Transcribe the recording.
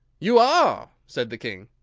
you are, said the king.